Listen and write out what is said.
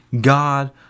God